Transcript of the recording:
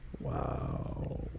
Wow